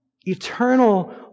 Eternal